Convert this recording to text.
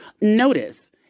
Notice